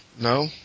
No